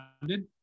funded